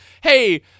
hey